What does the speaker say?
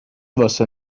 واسه